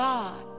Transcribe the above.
God